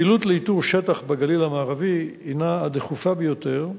הפעילות לאיתור שטח בגליל המערבי היא הדחופה ביותר,